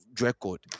record